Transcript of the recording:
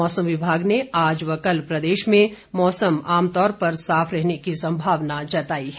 मौसम विभाग ने आज व कल प्रदेश में मौसम आमतौर पर साफ बने रहने की संभावना जताई है